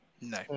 No